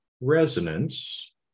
resonance